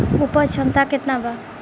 उपज क्षमता केतना वा?